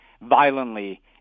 violently